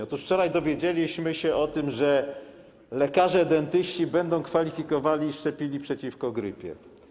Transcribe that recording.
Otóż wczoraj dowiedzieliśmy się o tym, że lekarze dentyści będą kwalifikowali do szczepień i szczepili przeciwko grypie.